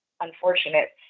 unfortunate